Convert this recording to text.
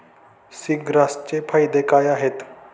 सीग्रासचे फायदे काय आहेत?